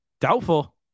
Doubtful